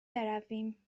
برویم